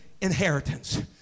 inheritance